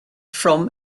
from